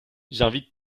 j’invite